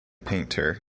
painter